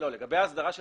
לגבי ההסדרה של